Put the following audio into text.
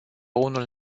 unul